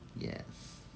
yes